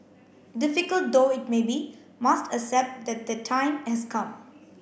difficult though it may be must accept that that time has come